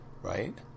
right